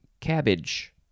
cabbage